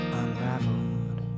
unraveled